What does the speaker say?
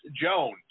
Jones